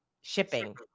shipping